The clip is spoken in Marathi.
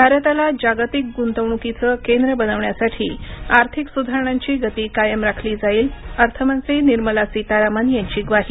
भारताला जागतिक गुंतवणुकीचं केंद्र बनवण्यासाठी आर्थिक सुधारणांची गती कायम राखली जाईल अर्थमंत्री निर्मला सीतारामन यांची ग्वाही